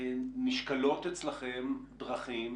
נשקלות אצלכם דרכים